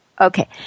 Okay